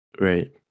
Right